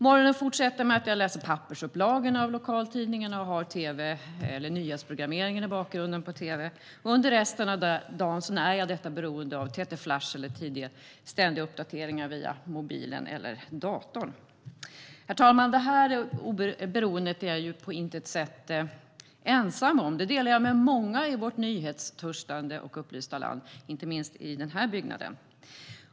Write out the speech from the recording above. Morgonen fortsätter med att jag läser pappersupplagorna av lokaltidningarna och har nyhetsprogrammen på tv i bakgrunden. Under resten av dagen när jag detta beroende av TT-flash och ständiga uppdateringar via mobilen eller datorn. Herr talman! Detta beroende är jag på intet sätt ensam om. Det delar jag med många i vårt nyhetstörstande och upplysta land, inte minst i den här byggnaden.